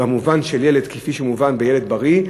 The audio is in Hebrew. במובן של ילד שהוא ילד בריא,